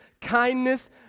kindness